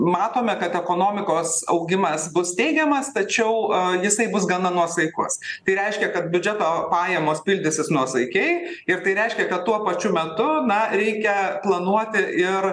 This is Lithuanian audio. matome kad ekonomikos augimas bus teigiamas tačiau jisai bus gana nuosaikus tai reiškia kad biudžeto pajamos pildysis nuosaikiai ir tai reiškia kad tuo pačiu metu na reikia planuoti ir